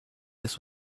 this